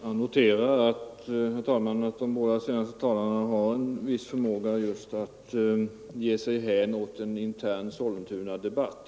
Herr talman! Jag noterar att de båda senaste talarna har en viss förmåga att ge sig hän åt en intern Sollentunadebatt.